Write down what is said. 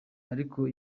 ariko